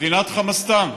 מדינת חמאסטן,